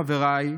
חבריי,